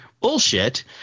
bullshit